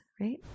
right